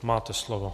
Máte slovo.